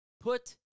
Put